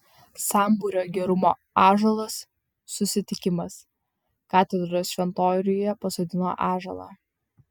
sambūrio gerumo ąžuolas susitikimas katedros šventoriuje pasodino ąžuolą